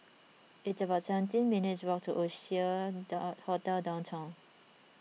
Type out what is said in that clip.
it's about seventeen minutes' walk to Oasia Hotel Downtown